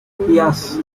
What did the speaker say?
yes